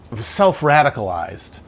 self-radicalized